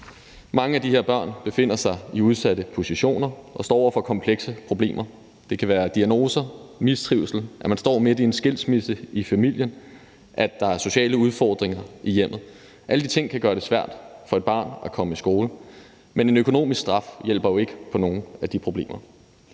Mange af de her børn befinder sig i udsatte positioner og står over for komplekse problemer. Det kan være diagnoser, mistrivsel, at man står midt i en skilsmisse i familien, at der er sociale udfordringer i hjemmet, og alle de ting kan gøre det svært for et barn at komme i skole, men en økonomisk straf hjælper jo ikke på nogen af de problemer.